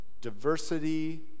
diversity